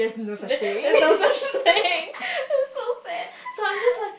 there's no such thing that's so sad so I'm just like